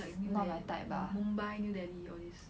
like new delhi mumbai new delhi all these